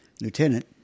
lieutenant